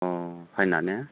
अ फाइना ने